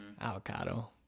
Avocado